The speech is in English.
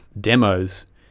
demos